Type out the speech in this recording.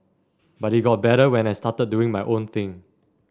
but it got better when I started doing my own thing